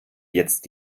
jetzt